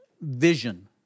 vision